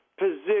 position